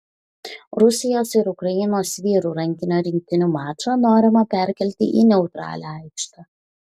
rusijos ir ukrainos vyrų rankinio rinktinių mačą norima perkelti į neutralią aikštę